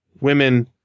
women